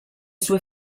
sue